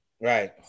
right